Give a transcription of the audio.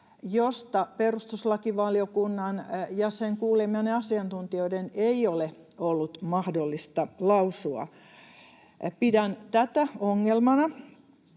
josta perustuslakivaliokunnan ja sen kuulemien asiantuntijoiden ei ole ollut mahdollista lausua. Pidän tätä ongelmana.